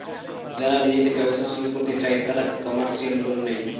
যারা নিজেদের ব্যবসা শুরু করতে চায় তারা কমার্শিয়াল লোন নেয়